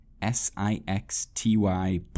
s-i-x-t-y